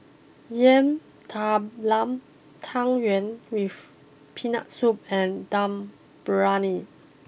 Yam Talam Tang Yuen with Peanut Soup and Dum Briyani